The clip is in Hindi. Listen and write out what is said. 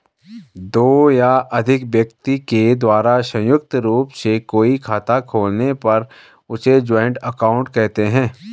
दो या अधिक व्यक्ति के द्वारा संयुक्त रूप से कोई खाता खोलने पर उसे जॉइंट अकाउंट कहते हैं